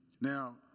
Now